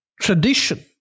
Tradition